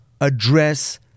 address